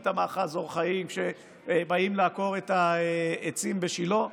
את המאחז אור חיים ובאים לעקור את העצים בשילה,